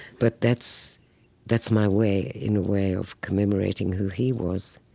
but that's that's my way in a way of commemorating who he was.